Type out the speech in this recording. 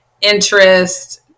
interest